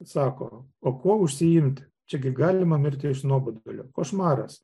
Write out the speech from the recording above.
sako o kuo užsiimti čia gi galima mirti iš nuobodulio košmaras